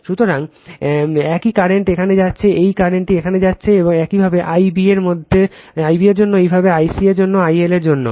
সুতরাং একই কারেন্ট এখানে যাচ্ছে একই কারেন্ট এখানে যাচ্ছে একইভাবে I b এর জন্যও একইভাবে I c এর জন্য I L এর জন্যও